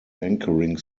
anchoring